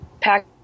pack